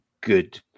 good